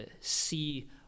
see